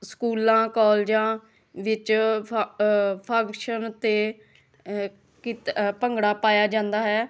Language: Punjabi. ਸਕੂਲਾਂ ਕਾਲਜਾਂ ਵਿੱਚ ਫ ਫੰਕਸ਼ਨ 'ਤੇ ਗਿਧ ਭੰਗੜਾ ਪਾਇਆ ਜਾਂਦਾ ਹੈ